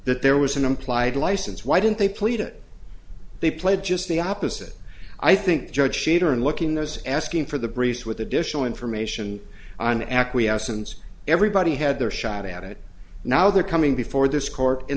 that there was an implied license why didn't they plead it they played just the opposite i think the judge shader in looking those asking for the breeze with additional information on acquiescence everybody had their shot at it now they're coming before this court and